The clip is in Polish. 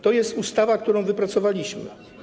To jest ustawa, którą wypracowaliśmy.